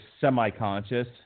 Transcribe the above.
semi-conscious